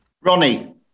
Ronnie